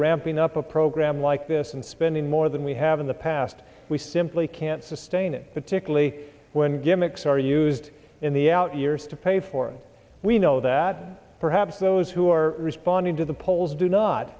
ramping up a program like this and spending more than we have in the past we simply can't sustain it particularly when gimmicks are used in the out years to pay for and we know that perhaps those who are responding to the polls do not